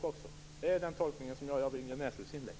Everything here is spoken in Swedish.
Det är den tolkning som jag gör av Ingrid